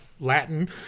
Latin